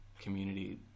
community